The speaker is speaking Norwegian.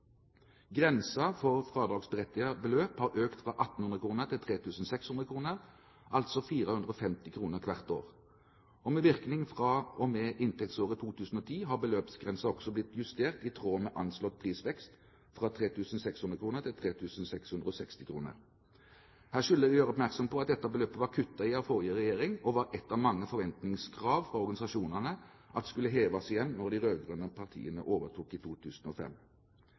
for fradragsberettiget beløp har økt fra 1 800 kr til 3 600 kr – altså 450 kr hvert år. Og med virkning fra og med inntektsåret 2010 har beløpsgrensen også blitt justert i tråd med anslått prisvekst fra 3 600 kr til 3 660 kr. Her skylder vi å gjøre oppmerksom på at dette beløpet var kuttet i av den forrige regjering, og ett av mange forventningskrav fra organisasjonene var at det skulle heves igjen når de rød-grønne partiene overtok